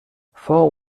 fou